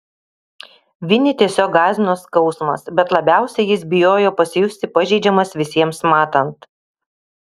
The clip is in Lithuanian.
vinį tiesiog gąsdino skausmas bet labiausiai jis bijojo pasijusti pažeidžiamas visiems matant